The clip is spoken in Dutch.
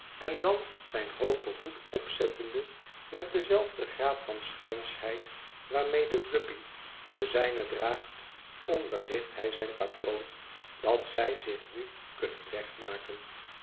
en dan zijn hoogen hoed opzettende met denzelfden graad van schuinsheid waarmede guppy den zijnen draagt onderricht hij zijn patroon dat zij zich nu kunnen wegmaken